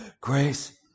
grace